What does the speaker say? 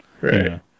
Right